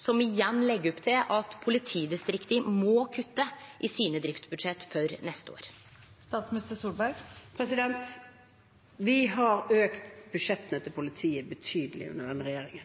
som igjen legg opp til at politidistrikta må kutte i sine driftsbudsjett for neste år? Vi har økt budsjettene til politiet betydelig under denne regjeringen.